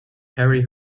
harry